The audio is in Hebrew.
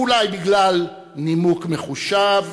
ואולי בגלל נימוק מחושב,